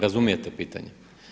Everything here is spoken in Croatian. Razumijete pitanje?